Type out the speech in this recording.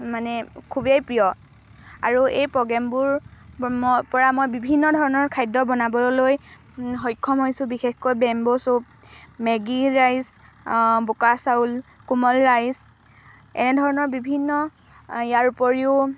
মানে খুবেই প্ৰিয় আৰু এই প্ৰ'গ্ৰেমবোৰ মই পৰা মই বিভিন্ন ধৰণৰ খাদ্য বনাবলৈ সক্ষম হৈছোঁ বিশেষকৈ বেম্ব' চুপ মেগী ৰাইচ বোকা চাউল কোমল ৰাইচ এনেধৰণৰ বিভিন্ন ইয়াৰ উপৰিও